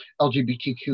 LGBTQ